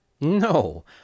No